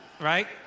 right